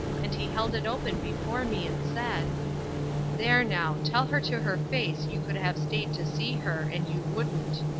and he held it open before me and said there, now, tell her to her face you could have stayed to see her, and you wouldn't.